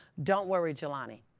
don't worry, jelani.